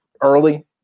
early